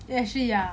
they actually ya